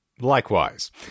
Likewise